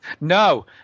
No